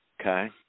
Okay